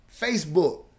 Facebook